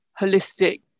holistic